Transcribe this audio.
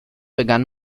begann